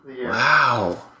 Wow